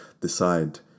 decide